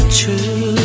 true